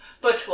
Butch